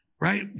Right